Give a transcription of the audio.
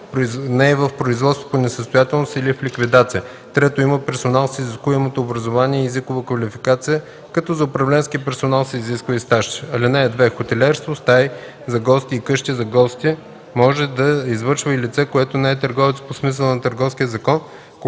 не е в производство по несъстоятелност или в ликвидация; 3. има персонал с изискуемото образование и езикова квалификация, като за управленския персонал се изисква и стаж. (2) Хотелиерство в стаи за гости и къщи за гости може да извършва и лице, което не е търговец по смисъла на Търговския закон,